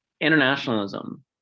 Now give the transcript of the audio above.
internationalism